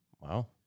Wow